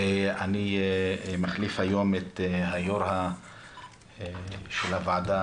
אני מחליף היום את היו"ר של הוועדה,